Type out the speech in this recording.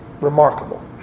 remarkable